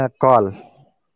Call